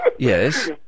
Yes